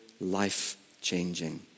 life-changing